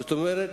זאת אומרת,